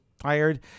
tired